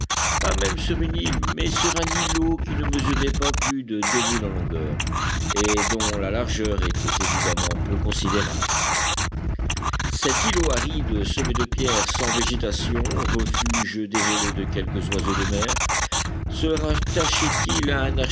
pas même sur une île mais sur un îlot qui ne mesurait pas plus de deux mille en longueur et dont la largeur était évidemment peu considérable cet îlot aride semé de pierres sans végétation refuge désolé de quelques oiseaux de mer se rattachait il à